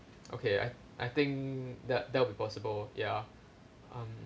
okay I t~ I think that that will be possible ya um